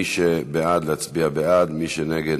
מי שבעד, להצביע בעד, מי שנגד,